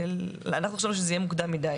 אנחנו חשבנו שזה יהיה מוקדם מדי.